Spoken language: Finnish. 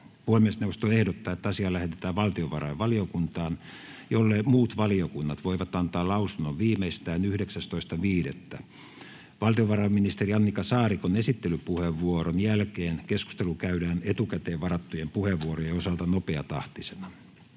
ehdottaa, että asia lähetetään valtiovarainvaliokuntaan, jolle muut valiokunnat voivat antaa lausunnon viimeistään 19.5.2022. Valtiovarainministeri Annika Saarikon esittelypuheenvuoron jälkeen keskustelu käydään etukäteen varattujen puheenvuorojen osalta nopeatahtisena.